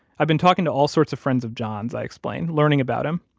i've been talking to all sorts of friends of john's, i explain, learning about him.